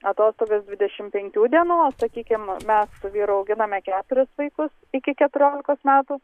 atostogas dvidešim penkių dienų o sakykim mes su vyru auginame keturis vaikus iki keturiolikos metų